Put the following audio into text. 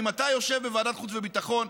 אם אתה יושב בוועדת חוץ וביטחון,